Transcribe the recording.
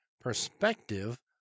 perspective